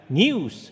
news